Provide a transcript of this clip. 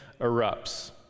erupts